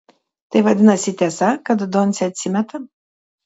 tai vadinasi tiesa kad doncė atsimeta